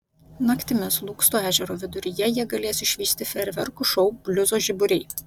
naktimis lūksto ežero viduryje jie galės išvysti fejerverkų šou bliuzo žiburiai